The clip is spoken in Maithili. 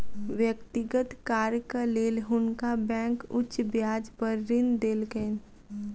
व्यक्तिगत कार्यक लेल हुनका बैंक उच्च ब्याज पर ऋण देलकैन